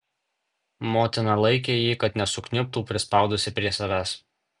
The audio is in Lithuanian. motina laikė jį kad nesukniubtų prispaudusi prie savęs